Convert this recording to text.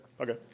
Okay